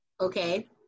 okay